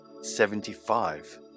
Seventy-five